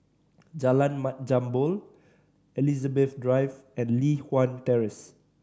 Jalan Mat Jambol Elizabeth Drive and Li Hwan Terrace